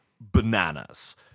bananas